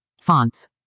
Fonts